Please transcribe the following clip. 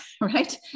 right